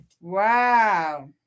Wow